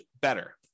better